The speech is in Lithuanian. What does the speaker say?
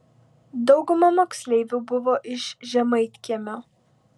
dauguma moksleivių buvo iš žemaitkiemio